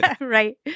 Right